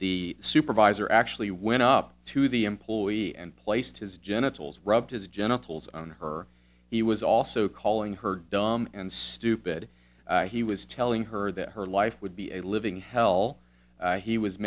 the supervisor actually went up to the employee and placed his genitals rubbed his genitals on her he was also calling her dumb and stupid he was telling her that her life would be a living hell he was